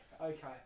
Okay